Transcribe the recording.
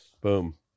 Boom